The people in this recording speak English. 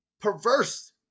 perverse